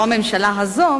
לא הממשלה הזאת,